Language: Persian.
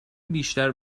بیشتر